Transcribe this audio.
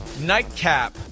nightcap